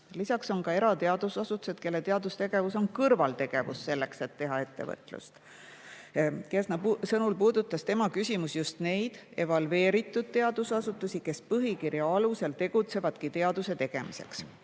Lisaks on ka erateadusasutused, kellele teadustegevus on kõrvaltegevus selleks, et teha ettevõtlust. Kersna sõnul puudutas tema küsimus just neid evalveeritud teadusasutusi, kes põhikirja alusel tegutsevadki teaduse tegemiseks.